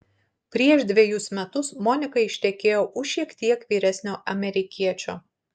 prieš dvejus metus monika ištekėjo už šiek tiek vyresnio amerikiečio